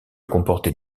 comportait